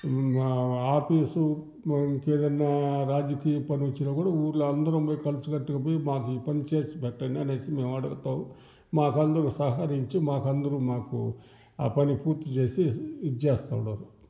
office మనకి ఏదన్న రాజకీయ పని వచ్చినా కూడా ఊళ్ళో అందరం పోయి కలిసి కట్టుగా పోయి మాకు ఈ పని చేసి పెట్టండి అనేసి మేం అడుగుతాం మాకు అందరు సహకరించి మాకు అందరు మాకు ఆ పని పూర్తిచేసి ఇది చేస్తా ఉన్నారు